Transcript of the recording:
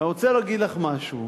אני רוצה להגיד לך משהו,